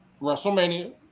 WrestleMania